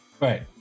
Right